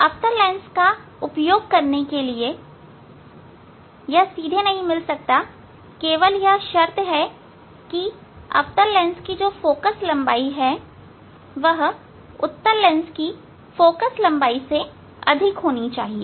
अवतल लेंस का उपयोग करने के लिए यह सीधे नहीं मिल सकता है केवल यह शर्त कि अवतल लेंस की जो फोकल लंबाई है वह उत्तल लेंस की फोकल लंबाई से अधिक होनी चाहिए